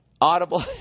Audible